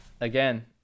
again